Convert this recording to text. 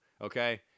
Okay